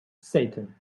satan